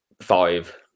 five